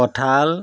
কঁঠাল